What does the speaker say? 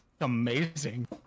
amazing